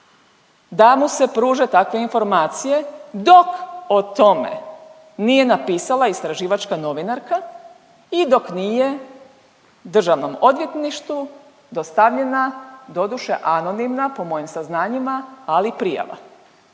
da mu se pruže takve informacije dok o tome nije napisala istraživačka novinarka i dok nije Državnom odvjetništvu dostavljena, doduše anonimna po mojim saznanjima ali prijava.